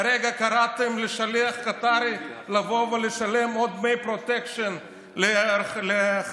כרגע קראתם לשליח קטארי לבוא ולשלם עוד דמי פרוטקשן לחמאס.